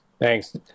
Thanks